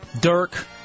Dirk